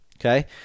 Okay